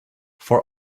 for